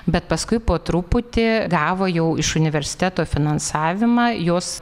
bet paskui po truputį gavo jau iš universiteto finansavimą jos